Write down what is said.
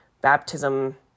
baptism